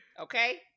okay